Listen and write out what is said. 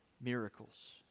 miracles